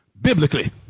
biblically